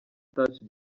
touch